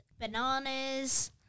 bananas